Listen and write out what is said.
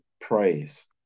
praise